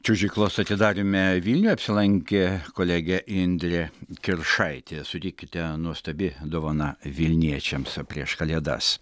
čiuožyklos atidaryme vilniuje apsilankė kolegė indrė kiršaitė sutikite nuostabi dovana vilniečiams prieš kalėdas